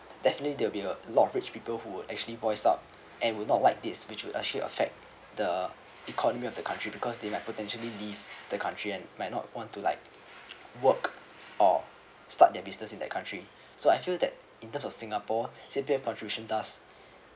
definitely there will be uh a lot of rich people who are actually voice out and will not like this which will actually affect the economy of the country because they might potentially leave the country and might not want to like work or start their business in that country so I feel that in terms of singapore C_P_F contribution does